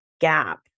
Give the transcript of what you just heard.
gap